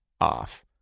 off